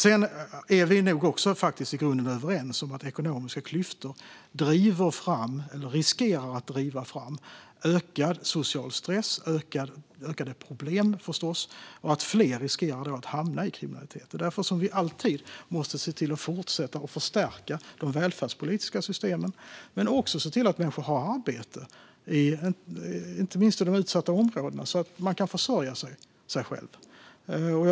Vi är nog också i grunden överens om att ekonomiska klyftor riskerar att driva fram ökad social stress och ökade problem, förstås, och att leda till att fler hamnar i kriminalitet. Det är därför vi alltid måste se till att fortsätta att förstärka de välfärdspolitiska systemen men också se till att människor har arbete, inte minst i de utsatta områdena, så att de kan försörja sig själva.